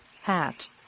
hat